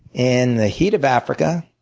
in the heat of africa,